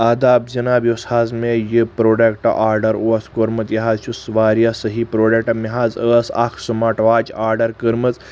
آداب جناب یُس حظ مےٚ یہِ پروڈیکٹ آڈر اوس کوٚرمُت یہِ حظ چھُ واریاہ صحیح پروڈیکٹ مےٚ حظ ٲس اکھ سماٹ واچ آڈر کٔرمٕژ